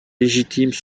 légitimes